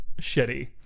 shitty